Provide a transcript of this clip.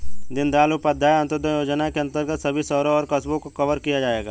दीनदयाल उपाध्याय अंत्योदय योजना के अंतर्गत सभी शहरों और कस्बों को कवर किया जाएगा